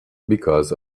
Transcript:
because